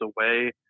away